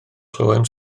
clywem